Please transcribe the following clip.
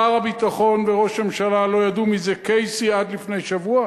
שר הביטחון וראש הממשלה לא ידעו מי זה קייסי עד לפני שבוע?